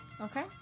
Okay